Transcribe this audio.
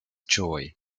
joy